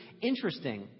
interesting